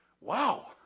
Wow